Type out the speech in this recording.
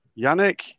Yannick